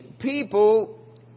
people